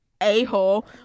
a-hole